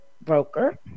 broker